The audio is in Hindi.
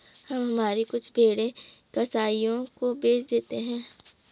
हम हमारी कुछ भेड़ें कसाइयों को बेच देते हैं